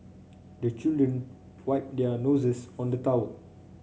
the children wipe their noses on the towel